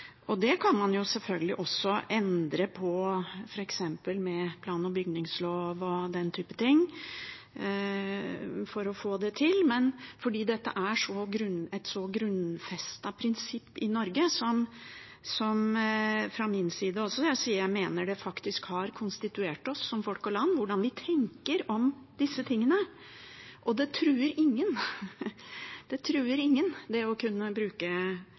Man kan jo selvfølgelig endre på f.eks. plan- og bygningsloven og den type ting for å få det til, men dette er et grunnfestet prinsipp i Norge, og jeg vil si at jeg mener det faktisk har konstituert oss som folk og land, hvordan vi tenker om disse tingene. Og det truer ingen, det å kunne bruke